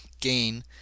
gain